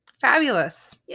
Fabulous